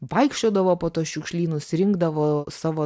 vaikščiodavo po tuos šiukšlynus rinkdavo savo